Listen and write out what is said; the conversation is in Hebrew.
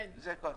כן.